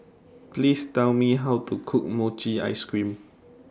Please Tell Me How to Cook Mochi Ice Cream